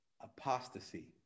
apostasy